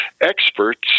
experts